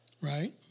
Right